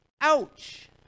ouch